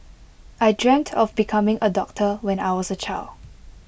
I dreamt of becoming A doctor when I was A child